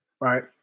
Right